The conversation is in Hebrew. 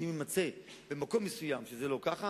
ואם יימצא במקום מסוים שזה לא ככה,